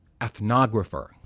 ethnographer